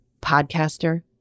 podcaster